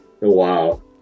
Wow